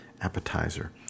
appetizer